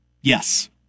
yes